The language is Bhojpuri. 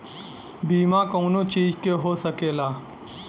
बीमा कउनो चीज के हो सकेला